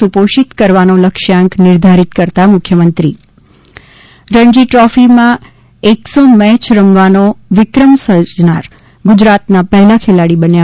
સુપોષિત કરવાનો લક્ષ્યાંક નિર્ધારિત કરતાં મુખ્યમંત્રી રણજી દ્રોફીમાં એક સો મેચ રમવાનો વિક્રમ રચનાર ગુજરાતના પહેલા ખેલાડી બન્યા